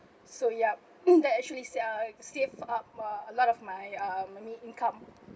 so yup that's actually sa~ uh save up uh a lot of my um money income